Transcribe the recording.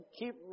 keep